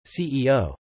CEO